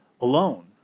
alone